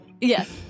yes